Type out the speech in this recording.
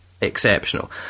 exceptional